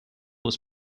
was